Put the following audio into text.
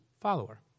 follower